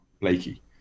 Blakey